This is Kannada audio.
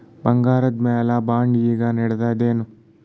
ಬಂಗಾರ ಮ್ಯಾಲ ಬಾಂಡ್ ಈಗ ನಡದದೇನು?